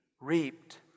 reaped